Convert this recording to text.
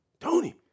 Tony